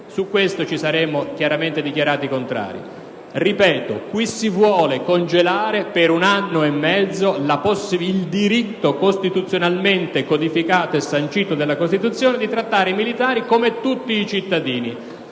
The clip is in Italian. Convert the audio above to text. noi ci saremmo ovviamente dichiarati contrari. Ripeto: qui si vuole congelare per un anno e mezzo il diritto codificato e sancito dalla Costituzione di trattare i militari come tutti i cittadini.